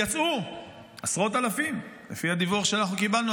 יצאו עשרות אלפים לפי הדיווח שקיבלנו,